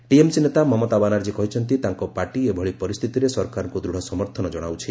TMC ନେତା ମମତା ବାନାର୍ଜୀ କହିଛନ୍ତି ତାଙ୍କ ପାର୍ଟି ଏଭଳି ପରିସ୍ଥିତିରେ ସରକାରଙ୍କୁ ଦୃଢ଼ ସମର୍ଥନ କଣାଉଛି